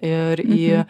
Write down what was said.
ir į